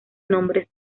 nombres